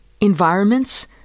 environments